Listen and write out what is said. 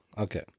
Okay